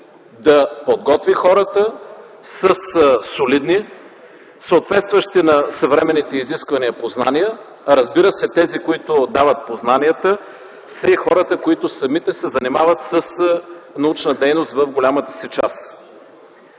да подготви хората със солидни, съответстващи на съвременните изисквания, познания. Разбира се, тези, които дават познанията, са и самите хората, които се занимават с научна дейност в голямата си част.